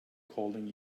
calling